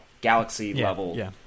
galaxy-level